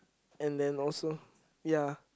and then also ya